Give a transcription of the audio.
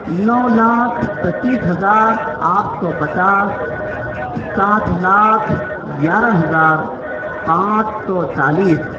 نو لاکھ پچیس ہزار آٹھ سو پچاس سات لاکھ گیارہ ہزار پانچ سو چالیس